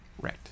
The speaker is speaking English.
Right